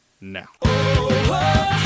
now